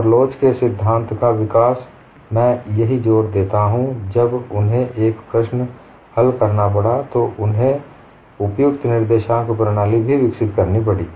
और लोच के सिद्धांत का विकास मैं यही जोर देता हूं जब उन्हें एक प्रश्न को हल करना पड़ा तो उन्हें उपयुक्त निर्देशांक प्रणाली भी विकसित करनी पड़ी